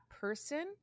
person